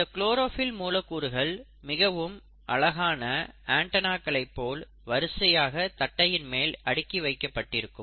இந்த குளோரோஃபில் மூலக்கூறுகள் மிகவும் அழகாக ஆண்டனாகளை போல் வரிசையாக தட்டையின் மேல் அடுக்கி வைக்கப்பட்டிருக்கும்